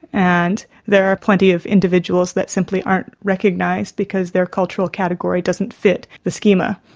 and there are plenty of individuals that simply aren't recognised because their cultural category doesn't fit the schema.